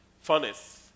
furnace